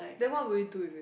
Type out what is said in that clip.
then what will do if you